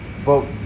vote